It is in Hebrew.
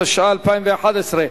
התשע"א 2011,